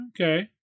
okay